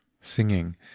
singing